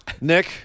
nick